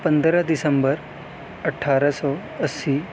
پندرہ دسمبر اٹھارہ سو اسی